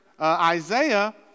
Isaiah